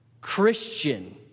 christian